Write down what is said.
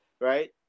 right